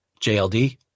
JLD